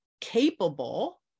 capable